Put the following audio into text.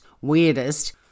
weirdest